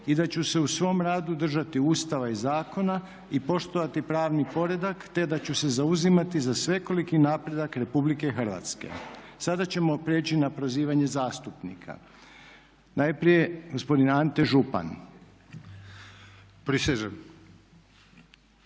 i da ću se u svom radu držati Ustava i zakona i poštovani pravni poredak te da ću se zauzimati za svekoliki napredak Republike Hrvatske.". Sada ćemo prijeći na prozivanje zastupnika. Najprije gospodin Ante Župan. **Župan,